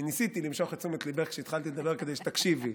אני ניסיתי למשוך את תשומת ליבך כשהתחלתי לדבר כדי שתקשיבי,